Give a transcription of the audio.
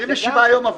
27 יום עברו.